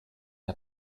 der